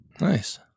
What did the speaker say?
Nice